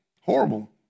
Horrible